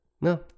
No